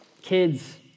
Kids